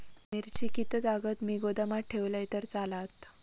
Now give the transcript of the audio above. मिरची कीततागत मी गोदामात ठेवलंय तर चालात?